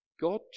God